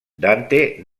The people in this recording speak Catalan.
dante